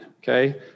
okay